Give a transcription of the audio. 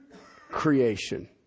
creation